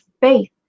faith